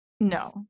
No